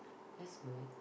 that's good